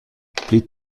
pli